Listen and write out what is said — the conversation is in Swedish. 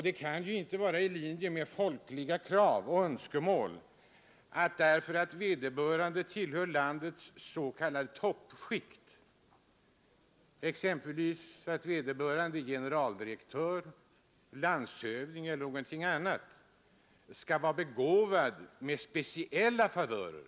Det kan inte vara i linje med folkliga krav och önskemål att vederbörande därför att han tillhör landets s.k. toppskikt — och exempelvis är generaldirektör, landshövding eller någonting annat — skall åtnjuta speciella favörer.